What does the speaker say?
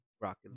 Rocket